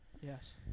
Yes